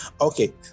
okay